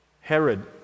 Herod